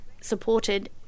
supported